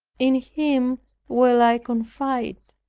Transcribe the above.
in him will i confide.